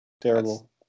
Terrible